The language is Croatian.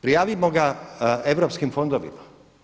Prijavimo ga europskim fondovima.